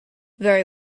very